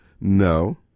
No